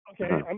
okay